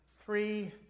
three